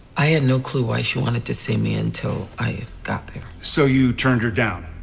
i had no clue why she wanted to see me until i got there so you turned her down.